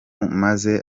maze